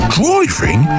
driving